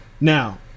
Now